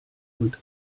und